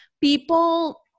people